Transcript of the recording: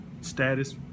status